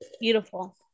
beautiful